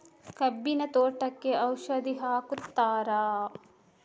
ಕಬ್ಬಿನ ತೋಟಕ್ಕೆ ಔಷಧಿ ಹಾಕುತ್ತಾರಾ?